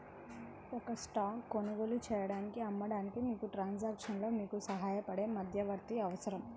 ఒక స్టాక్ కొనుగోలు చేయడానికి, అమ్మడానికి, మీకు ట్రాన్సాక్షన్లో మీకు సహాయపడే మధ్యవర్తి అవసరం